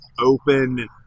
open